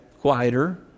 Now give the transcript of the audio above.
quieter